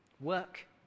Work